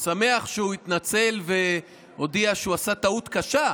שמח שהוא התנצל והודיע שהוא עשה טעות קשה,